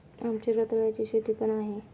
आमची रताळ्याची शेती पण आहे